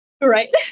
right